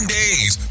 days